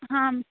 ಹಾಂ